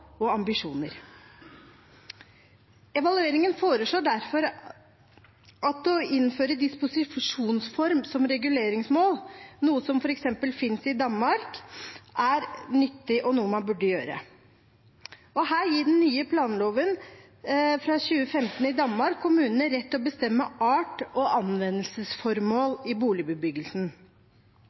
og ambisjoner. Evalueringen foreslår derfor at å innføre disposisjonsform som reguleringsmål, noe som f.eks. finnes i Danmark, er nyttig og noe man burde gjøre. Her gir den nye planloven fra 2015 i Danmark kommunene rett til å bestemme art og anvendelsesformål i boligbebyggelsen.